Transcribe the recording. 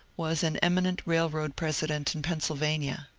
was an eminent railroad president in pennsylvania.